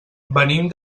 venim